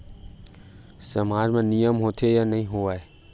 सामाज मा नियम होथे या नहीं हो वाए?